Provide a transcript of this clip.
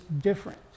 different